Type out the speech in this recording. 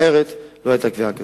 אחרת לא היתה קביעה כזאת.